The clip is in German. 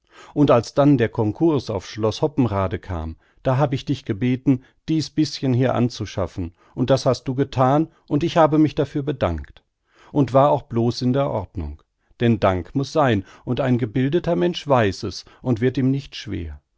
und als dann der konkurs auf schloß hoppenrade kam da hab ich dich gebeten dies bischen hier anzuschaffen und das hast du gethan und ich habe mich dafür bedankt und war auch blos in der ordnung denn dank muß sein und ein gebildeter mensch weiß es und wird ihm nicht schwer